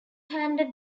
handed